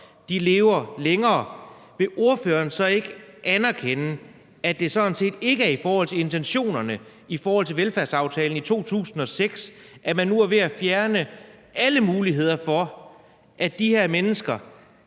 lever længere, vil ordføreren så ikke anerkende, at det sådan set ikke er i forhold til intentionerne med velfærdsaftalen i 2006, at man nu er ved at fjerne alle muligheder for, at de her mennesker